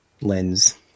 lens